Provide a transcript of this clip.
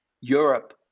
Europe